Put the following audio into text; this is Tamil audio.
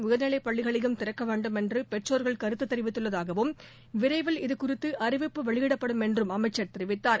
உயர்நிலைப்பள்ளிகளையும் திறக்கவேண்டும் மேல்நிலைமற்றம் என்றபெற்றோர்கள் கருத்துதெரிவித்துள்ளதாகவும் விரைவில் இதுகுறித்துஅறிவிப்பு வெளியிடப்படும் என்றும் அமைச்சர் கூறினார்